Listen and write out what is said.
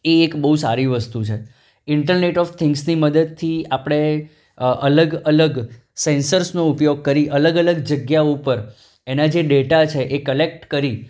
એ એક બહુ સારી વસ્તુ છે ઈન્ટરનેટ ઓફ થિંગ્સની મદદથી આપણે અલગ અલગ સેન્સર્સનો ઉપયોગ કરી અલગ અલગ જગ્યાઓ ઉપર એના જે ડેટા છે એ ક્લેક્ટ કરી